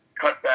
cutback